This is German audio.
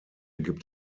gibt